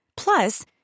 Plus